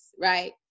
right